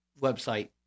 website